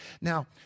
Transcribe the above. Now